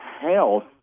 health